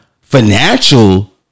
financial